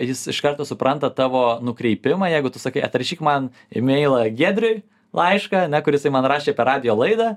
jis iš karto supranta tavo nukreipimą jeigu tu sakai atrašyk man imeilą giedriui laišką a ne kur jisai man rašė per radijo laidą